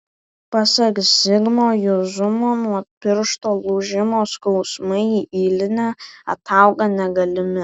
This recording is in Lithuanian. pasak zigmo juzumo nuo piršto lūžimo skausmai į ylinę ataugą negalimi